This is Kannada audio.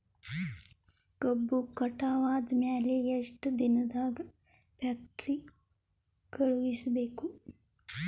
ಕಬ್ಬು ಕಟಾವ ಆದ ಮ್ಯಾಲೆ ಎಷ್ಟು ದಿನದಾಗ ಫ್ಯಾಕ್ಟರಿ ಕಳುಹಿಸಬೇಕು?